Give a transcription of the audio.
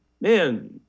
Man